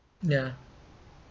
ya